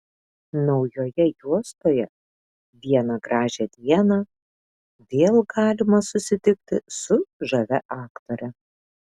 naujoje juostoje vieną gražią dieną vėl galima susitikti su žavia aktore